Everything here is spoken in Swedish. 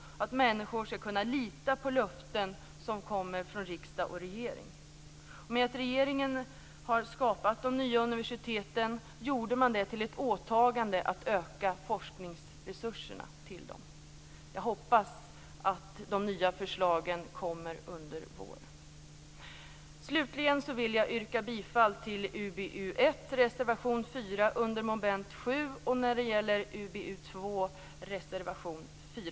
Människor skall kunna lita på löften från riksdag och regering. I och med att regeringen skapade de nya universiteten gjorde man ett åtagande att öka forskningsresurserna till dem. Jag hoppas att de nya förslagen kommer under våren. Slutligen vill jag när det gäller UbU1 yrka bifall till reservation 4 under mom. 7 och när det gäller